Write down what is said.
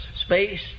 space